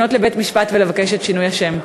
לפנות לבית-משפט ולבקש את שינוי השם.